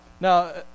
now